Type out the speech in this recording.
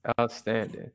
outstanding